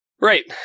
Right